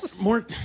more